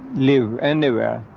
live anywhere.